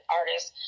artists